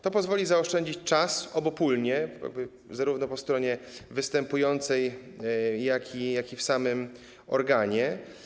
To pozwoli zaoszczędzić czas obopólnie, zarówno po stronie występującej, jak i w samym organie.